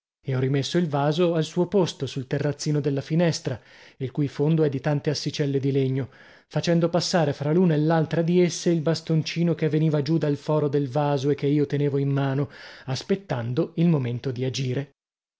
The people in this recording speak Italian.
e ho rimesso il vaso al suo posto sul terrazzino della finestra il cui fondo è di tante assicelle di legno facendo passare fra l'una e l'altra di esse il bastoncino che veniva giù dal foro del vaso e che io tenevo in mano aspettando il momento di agire